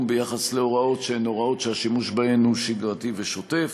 ביחס להוראות שהן הוראות שהשימוש בהן הוא שגרתי ושוטף.